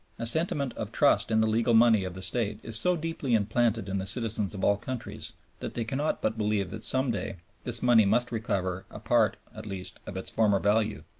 a sentiment of trust in the legal money of the state is so deeply implanted in the citizens of all countries that they cannot but believe that some day this money must recover a part at least of its former value.